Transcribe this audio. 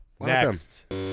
Next